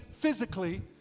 physically